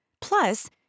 Plus